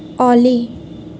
हाल्ली